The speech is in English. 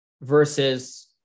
versus